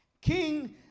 King